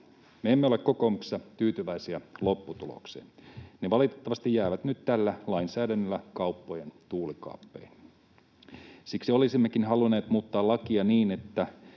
Me emme ole kokoomuksessa tyytyväisiä lopputulokseen. Ne valitettavasti jäävät nyt tällä lainsäädännöllä kauppojen tuulikaappeihin. Siksi olisimmekin halunneet muuttaa lakia niin, että